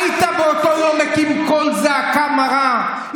היית באותו יום מקים קול זעקה מרה,